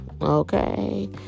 Okay